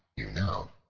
you know,